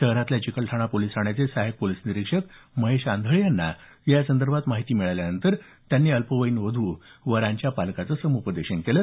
शहरातल्या चिकलठाणा पोलिस ठाण्याचे सहायक पोलीस निरीक्षक महेश आंधळे यांना यासंदर्भात माहिती मिळाल्यानं त्यांनी अल्पवीयन वधु वरांच्या पालकांचं समुपदेशन केलं